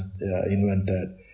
invented